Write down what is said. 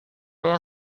yang